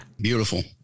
Beautiful